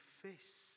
face